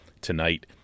tonight